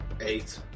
Eight